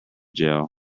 jail